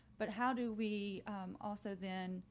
but how do we also then